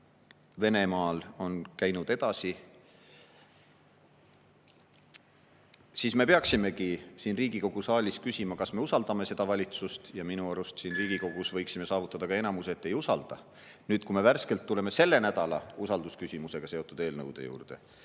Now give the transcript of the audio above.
Venemaal on käinud edasi, siis me peaksimegi siin Riigikogu saalis küsima, kas me usaldame seda valitsust, ja minu arust siin Riigikogus võiksime saavutada ka enamuse, et ei usalda. Nüüd tuleme sellel nädalal värskelt usaldusküsimusega seotud eelnõude juurde.